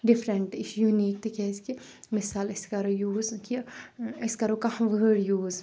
different یہِ چھُ unique تِکیازِ کہِ مِثال أسۍ کَرو یوٗز کہِ أسۍ کَرو کانہہ وٲڈ یوٗز